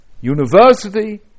University